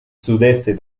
sudeste